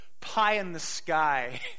pie-in-the-sky